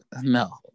No